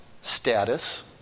status